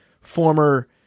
former